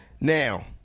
Now